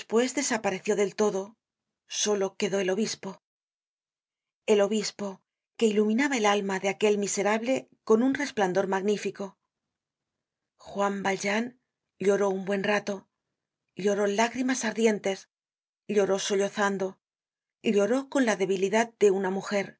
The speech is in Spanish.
desapareció del todo solo quedó el obispo el obispo que iluminaba el alma de aquel miserable con un resplandor magnífico juan valjean'lloró un buen rato lloró lágrimas ardientes lloró sollozando lloró con la debilidad de una mujer